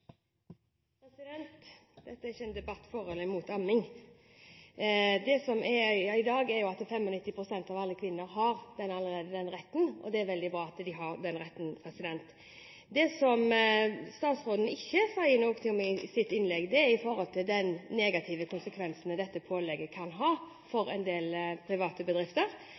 Dette er ikke en debatt for eller imot amming. Det som gjelder i dag, er jo at 95 pst. av alle kvinner allerede har den retten, og det er veldig bra. Det som statsråden ikke sier noe om i sitt innlegg, er de negative konsekvensene dette pålegget kan ha for en del private bedrifter.